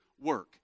work